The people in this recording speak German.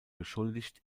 beschuldigt